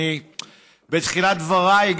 בתחילת דבריי,